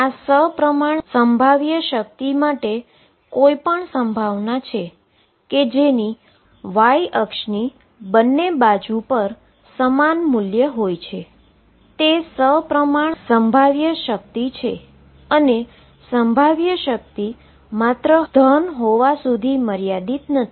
તેથીઆ સપ્રમાણ પોટેંશિઅલમાં કોઈપણ સંભાવના છે કે જેની y એક્સીસની બંને બાજુ પર સમાન મૂલ્ય હોય છે તે પોટેંશિઅલ સંભવિત છે અને પોટેંશિઅલ માત્ર ધન હોવા સુધી મર્યાદિત નથી